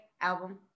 album